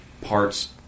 parts